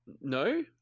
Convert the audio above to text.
no